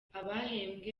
abahembwe